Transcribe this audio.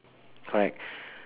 correct